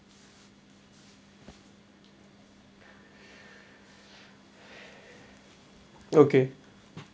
okay